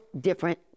different